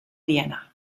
vienna